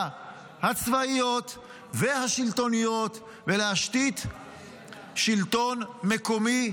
הצבאיות והשלטוניות ולהשתית שלטון מקומי.